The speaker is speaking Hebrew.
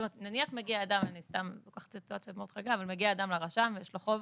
נניח מגיע אדם לרשם ויש לו חוב